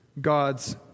God's